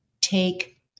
take